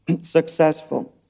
successful